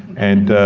and